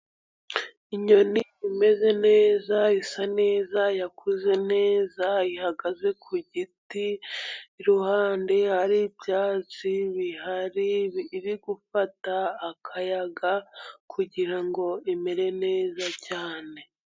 Inyoni imeze neza, isa neza, yakuze neza, ihagaze ku giti . Iruhande hari ibyatsi bihari, iri gufata akayaga kugira ngo imere neza cyane.